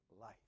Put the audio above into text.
life